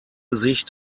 sicht